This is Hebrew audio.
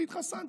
אני התחסנתי.